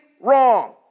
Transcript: wrong